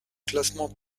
classement